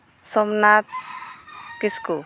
Somnath Kisku